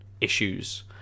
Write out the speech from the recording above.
issues